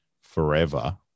forever